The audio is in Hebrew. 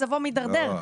מצבו מידרדר.